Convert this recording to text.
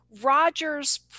Roger's